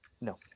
No